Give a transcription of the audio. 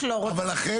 לא אמרנו ש --- בדיוק.